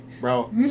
Bro